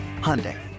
Hyundai